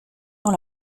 dans